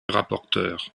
rapporteur